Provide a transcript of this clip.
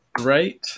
right